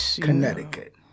Connecticut